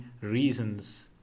reasons